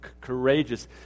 courageous